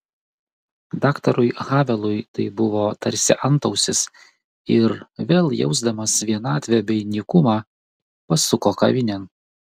daktarui havelui tai buvo tarsi antausis ir vėl jausdamas vienatvę bei nykumą pasuko kavinėn